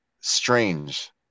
strange